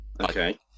okay